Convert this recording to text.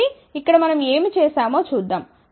కాబట్టి మనం ఇక్కడ ఏమి చేసామో చూద్దాం